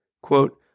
Quote